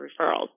referrals